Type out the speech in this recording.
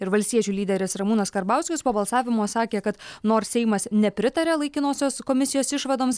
ir valstiečių lyderis ramūnas karbauskis po balsavimo sakė kad nors seimas nepritarė laikinosios komisijos išvadoms